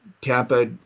Tampa